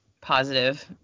positive